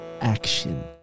action